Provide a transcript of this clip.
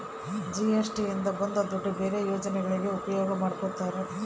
GST ಇಂದ ಬಂದ್ ದುಡ್ಡು ಬೇರೆ ಯೋಜನೆಗಳಿಗೆ ಉಪಯೋಗ ಮಾಡ್ಕೋತರ